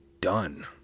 done